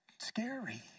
scary